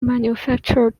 manufactured